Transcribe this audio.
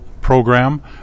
program